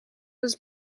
was